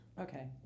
Okay